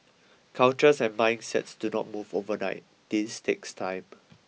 cultures and mindsets do not move overnight this takes time